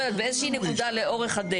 לא יודעת באיזה שהיא נקודה לאורך הדרך,